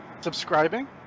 subscribing